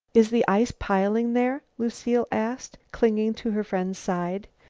is the ice piling there? lucile asked, clinging to her friend's side.